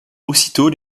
aussitôt